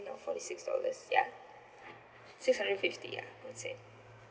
no forty six dollars ya six hundred and fifty ya I would say